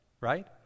Right